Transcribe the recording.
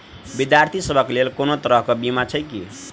विद्यार्थी सभक लेल कोनो तरह कऽ बीमा छई की?